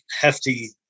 hefty